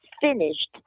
finished